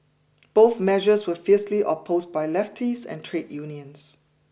both measures were fiercely opposed by lefties and trade unions